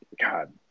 God